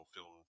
Film